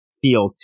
feel